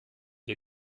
wir